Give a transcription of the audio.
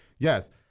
Yes